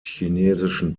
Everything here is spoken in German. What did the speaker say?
chinesischen